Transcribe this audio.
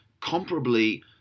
comparably